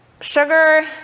sugar